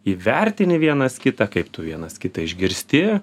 įvertini vienas kitą kaip tu vienas kitą išgirsti